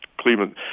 Cleveland